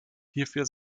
hierfür